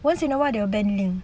once in a while they will ban ling